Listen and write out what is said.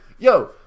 Yo